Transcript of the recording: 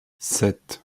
sept